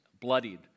bloodied